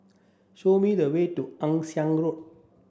show me the way to Ann Siang Road